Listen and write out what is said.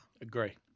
Agree